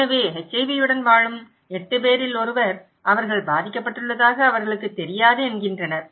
எனவே HIVயுடன் வாழும் 8 பேரில் ஒருவர் அவர்கள் பாதிக்கப்பட்டுள்ளதாக அவர்களுக்குத் தெரியாது என்கின்றனர்